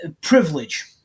Privilege